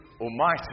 almighty